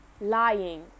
lying